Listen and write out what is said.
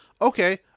okay